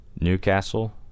Newcastle